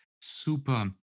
super